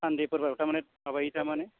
सान्डेफोरबा थारमानि माबायो नामानो